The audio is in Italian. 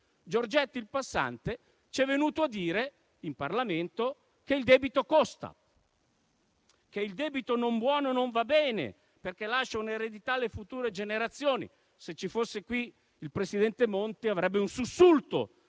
Giorgetti il passante ci è venuto a dire in Parlamento che il debito costa, che il debito non buono non va bene, perché lascia un'eredità alle future generazioni. Se ci fosse qui il presidente Monti avrebbe un sussulto